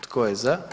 Tko je za?